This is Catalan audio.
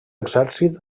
exèrcit